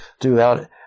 throughout